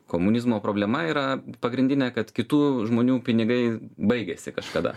komunizmo problema yra pagrindinė kad kitų žmonių pinigai baigiasi kažkada